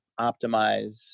optimize